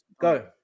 go